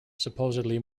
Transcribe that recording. supposedly